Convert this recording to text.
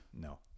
no